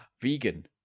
vegan